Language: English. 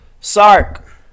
Sark